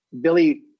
Billy